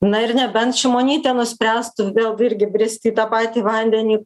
na ir nebent šimonytė nuspręstum vėl irgi brist į tą patį vandenį